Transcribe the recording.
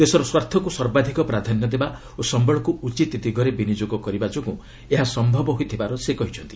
ଦେଶର ସ୍ୱାର୍ଥକୁ ସର୍ବାଧିକ ପ୍ରାଧାନ୍ୟ ଦେବା ଓ ସମ୍ଭଳକୁ ଉଚିତ୍ ଦିଗରେ ବିନିଯୋଗ କରିବା ଯୋଗୁଁ ଏହା ସମ୍ଭବ ହୋଇଥିବାର ସେ କହିଛନ୍ତି